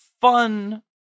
fun